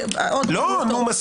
הוד רוממותך.